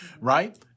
Right